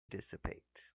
dissipate